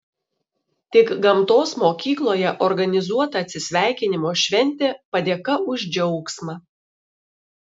tik gamtos mokykloje organizuota atsisveikinimo šventė padėka už džiaugsmą